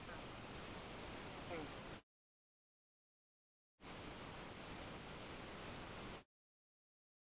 ᱦᱮᱸ ᱥᱟᱨ ᱦᱩᱸ